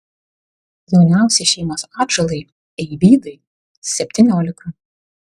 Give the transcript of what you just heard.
jauniausiai šeimos atžalai eivydai septyniolika